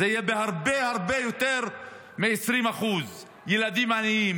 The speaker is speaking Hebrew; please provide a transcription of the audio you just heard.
זה יהיה הרבה הרבה יותר מ-20% ילדים עניים,